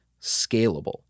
scalable